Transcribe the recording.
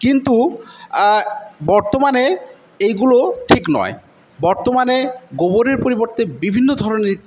কিন্তু বর্তমানে এইগুলো ঠিক নয় বর্তমানে গোবরের পরিবর্তে বিভিন্ন ধরণের